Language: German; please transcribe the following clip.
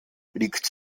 liegt